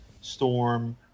Storm